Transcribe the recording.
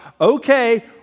okay